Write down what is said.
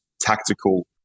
tactical